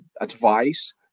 advice